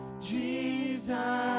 Jesus